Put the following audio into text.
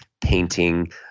painting